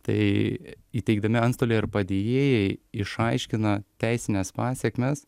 tai įteikdami antstoliai ar padėjėjai išaiškina teisines pasekmes